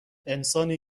انسانی